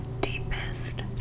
deepest